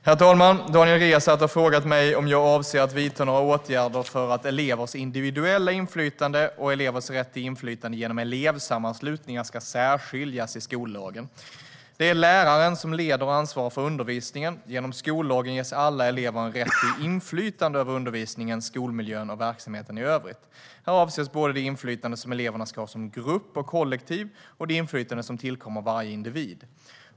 Herr talman! Daniel Riazat har frågat mig om jag avser att vidta några åtgärder för att elevers individuella inflytande och elevers rätt till inflytande genom elevsammanslutningar ska särskiljas i skollagen. Det är läraren som leder och ansvarar för undervisningen. Genom skollagen ges alla elever en rätt till inflytande över undervisningen, skolmiljön och verksamheten i övrigt. Här avses både det inflytande som eleverna ska ha som grupp och kollektiv och det inflytande som tillkommer varje individ.